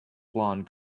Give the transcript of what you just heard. blond